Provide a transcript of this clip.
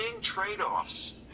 trade-offs